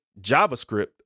JavaScript